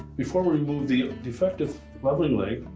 before we remove the defective leveling leg,